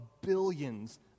billions